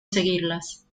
seguirlas